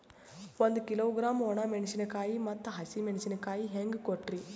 ಒಂದ ಕಿಲೋಗ್ರಾಂ, ಒಣ ಮೇಣಶೀಕಾಯಿ ಮತ್ತ ಹಸಿ ಮೇಣಶೀಕಾಯಿ ಹೆಂಗ ಕೊಟ್ರಿ?